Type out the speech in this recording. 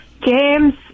James